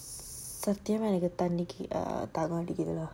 சத்தியமாஇதைபண்ணிக்க:sathyama idha pannika